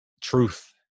truth